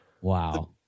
wow